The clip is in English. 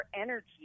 energy